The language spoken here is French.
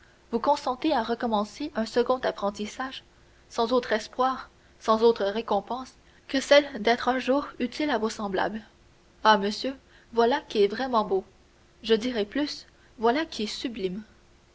vous consentez à recommencer un second apprentissage sans autre espoir sans autre récompense que celle d'être un jour utile à vos semblables ah monsieur voilà qui est vraiment beau je dirai plus voilà qui est sublime